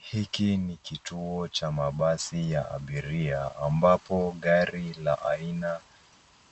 HIi ni kituo cha mabasi ya abiria ambapo gari la aina